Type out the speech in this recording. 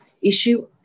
issue